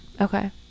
Okay